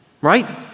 Right